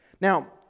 Now